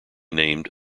named